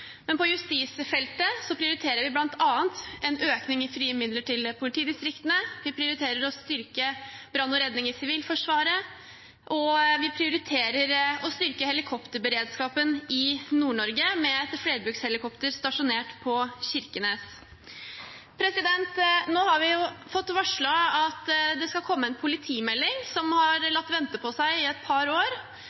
men på justisfeltet prioriterer vi bl.a. en økning i frie midler til politidistriktene, vi prioriterer å styrke brann og redning i Sivilforsvaret, og vi prioriterer å styrke helikopterberedskapen i Nord-Norge med et flerbrukshelikopter stasjonert i Kirkenes. Nå har vi jo fått varslet at det skal komme en politimelding – som har latt vente på seg i et par år